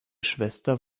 schwester